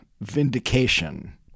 vindication